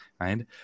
right